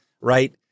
right